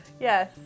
Yes